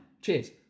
Cheers